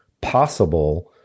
possible